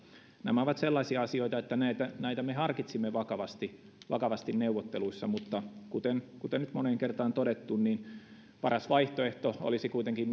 nämä ovat sellaisia asioita että näitä näitä me harkitsimme vakavasti vakavasti neuvotteluissa mutta kuten kuten nyt on moneen kertaan todettu niin paras vaihtoehto olisi kuitenkin